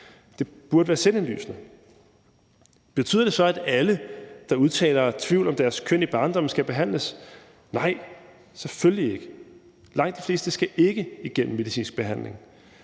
det burde være selvindlysende. Betyder det så, at alle, der udtaler tvivl om deres køn i barndommen, skal behandles? Nej, selvfølgelig ikke. Langt de fleste skal ikke igennem en medicinsk behandling.